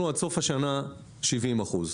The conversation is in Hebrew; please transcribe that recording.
עד סוף השנה 70 אחוזים.